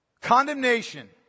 condemnation